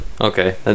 okay